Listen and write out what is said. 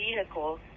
vehicle